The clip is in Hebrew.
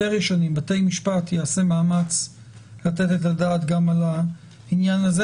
הנהלת בתי המשפט תעשה מאמץ לתת את הדעת גם על העניין הזה.